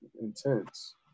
intense